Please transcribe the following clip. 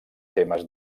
temes